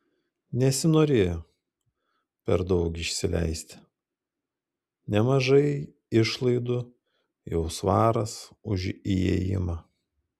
nesinorėjo per daug išsileisti nemažai išlaidų jau svaras už įėjimą